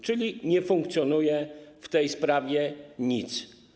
Czyli nie funkcjonuje w tej sprawie nic.